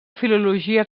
filologia